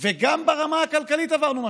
וגם ברמה הכלכלית עברנו משברים.